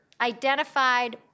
identified